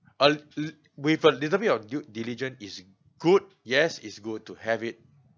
uh l~ with a little bit of due diligence is good yes it's good to have it